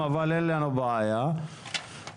מתן שירותים לגבייה שוטפת של תשלומי חובה